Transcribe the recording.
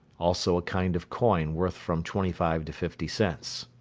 also a kind of coin, worth from twenty five to fifty cents.